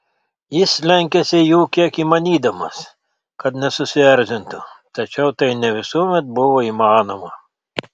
jis lenkėsi jų kiek įmanydamas kad nesusierzintų tačiau tai ne visuomet buvo įmanoma